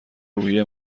روحیه